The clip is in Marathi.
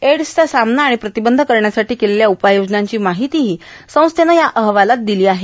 एड्सचा सामना आणि प्रतिबंध करण्यासाठी केलेल्या उपाययोजनांची माहितीही संस्थेनं या अहवालात दिली आहे